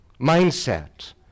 mindset